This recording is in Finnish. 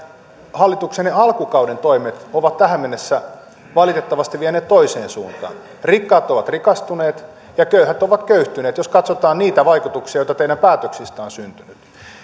hallituksenne alkukauden toimet ovat tähän mennessä valitettavasti vieneet toiseen suuntaan rikkaat ovat rikastuneet ja köyhät ovat köyhtyneet jos katsotaan niitä vaikutuksia joita teidän päätöksistänne on syntynyt